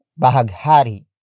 Bahaghari